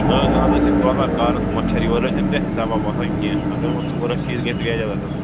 نہَ حظ اَز حظ چھِی پتاہ کارَس مَچھر یورٕ نہَ حظ چھَنہٕ کیٚنہہ حساباہ باسان کیٚنٛہہ اگر وۅنۍ ژور ہَتھ شیٖتھ گَژِھ ہَے اَصٕل